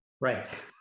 right